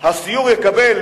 הסיור יקבל